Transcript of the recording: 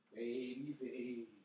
Baby